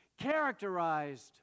characterized